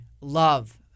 love